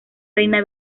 reina